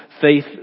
faith